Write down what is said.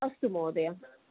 अस्तु महोदय